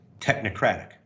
technocratic